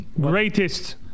greatest